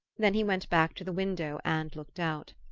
then he went back to the window and looked out.